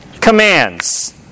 commands